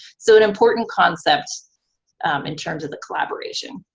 so an important concept in terms of the collaboration.